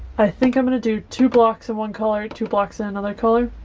i think i'm gonna do two blocks in one color two blocks in another color